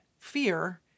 Fear